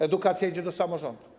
Edukacja idzie do samorządów.